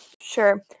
Sure